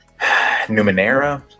Numenera